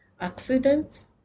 Accidents